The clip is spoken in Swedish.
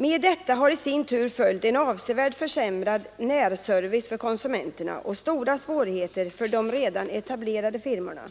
Med detta har i sin tur följt en avsevärt försämrad närservice för konsumenterna och stora svårigheter för de redan etablerade firmorna.